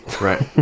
Right